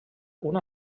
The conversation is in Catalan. una